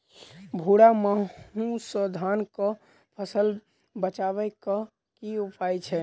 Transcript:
भूरा माहू सँ धान कऽ फसल बचाबै कऽ की उपाय छै?